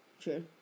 true